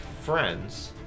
friends